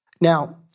Now